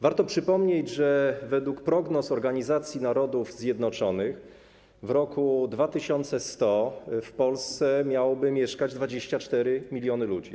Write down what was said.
Warto przypomnieć, że według prognoz Organizacji Narodów Zjednoczonych w roku 2100 w Polsce miałoby mieszkać 24 mln ludzi.